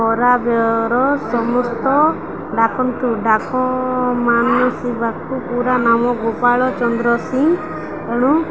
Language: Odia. ଖରାବର ସମସ୍ତ ଡାକନ୍ତୁ ଡାକ ମାନସୀବାକୁ ପୁରା ନାମ ଗୋପାଳ ଚନ୍ଦ୍ରସିଂ ଏଣୁ